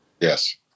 Yes